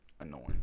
annoying